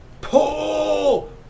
Pull